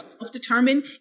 self-determined